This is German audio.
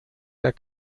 der